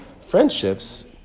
friendships